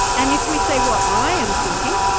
and if we say well i am thinking,